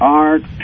art